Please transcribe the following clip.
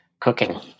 Cooking